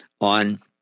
on